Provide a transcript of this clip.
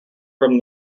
from